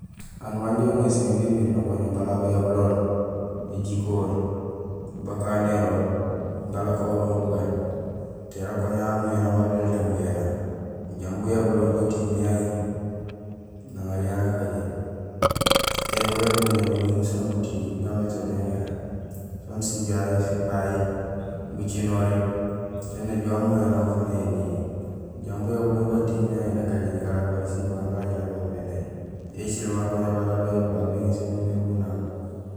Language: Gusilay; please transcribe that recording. Aan wanja uŋéés mé bémiir nakoña bala aw béyabulool, éjikohool, bakanérool, galakohorool bugaan téér akoña amuyéna wala déét akoña amuyéna. Jambi uyabulool ja atiŋul niyaŋi naŋaar yang yayu akajéén. Téér ho bébuña gunini sén gutiyi gaamé to niyang yayu sén sijahi, sipahi, gucinori, té najuhé amuyéén aw fanayi énini. Jambi uyubulool imbi atiŋul yaaŋi nakajéni galakowi sén bugaan gagu gaan jilakohoor mé nay. Yo écilmé akoña bala uyabulool aw béŋéés bémiir bu naam.